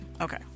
okay